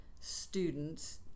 students